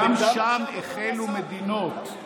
גם שם החלו מדינות,